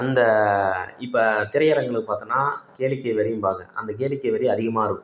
அந்த இப்போ திரையரங்கில் பார்த்தோன்னா கேளிக்கை வரிம்பாங்க அந்த கேளிக்கை வரி அதிகமாக இருக்கும்